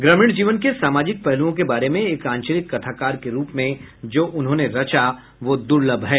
ग्रामीण जीवन के सामाजिक पहलुओं के बारे में एक आंचलिक कथाकार के रुप में जो उन्होने रचा वह दुर्लभ है